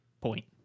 point